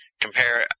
compare